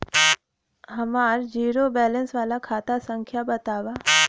हमार zero balance वाला खाता संख्या वतावा?